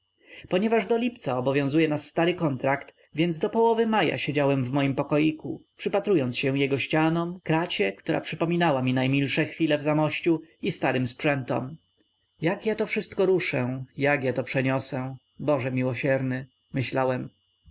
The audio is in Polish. ponieważ do lipca obowiązuje nas stary kontrakt więc do połowy maja siedziałem w moim pokoiku przypatrując się jego ścianom kracie która przypominała mi najmilsze chwile w zamościu i starym sprzętom jak ja to wszystko ruszę jak ja to przeniosę boże miłosierny myślałem